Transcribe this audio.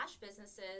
businesses